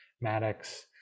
Maddox